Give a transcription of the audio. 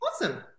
awesome